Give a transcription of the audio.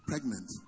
Pregnant